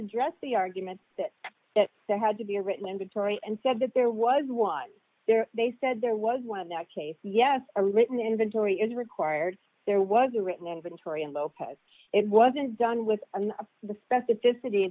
address the argument that they had to be written in detroit and said that there was one there they said there was one of the case yes a written inventory is required there was a written inventory and lopez it wasn't done with the specificity